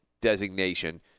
designation